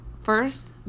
first